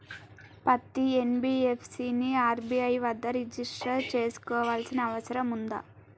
పత్తి ఎన్.బి.ఎఫ్.సి ని ఆర్.బి.ఐ వద్ద రిజిష్టర్ చేసుకోవాల్సిన అవసరం ఉందా?